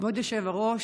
כבוד היושב-ראש,